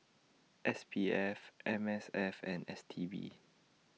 S P F M S F and S T B